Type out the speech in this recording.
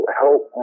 help